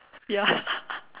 ya